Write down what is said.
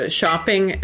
shopping